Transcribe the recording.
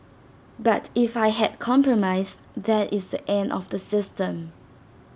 but if I had compromised that is the end of the system